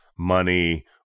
money